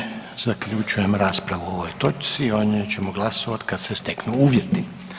Time zaključujem raspravu o ovoj točci a o njoj ćemo glasovat kad se steknu uvjeti.